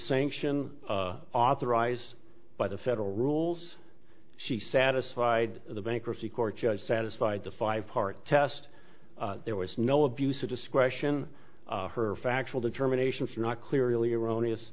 sanction authorized by the federal rules she satisfied the bankruptcy court judge satisfied the five part test there was no abuse of discretion her factual determination is not clearly erroneous